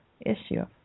issue